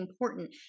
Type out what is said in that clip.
important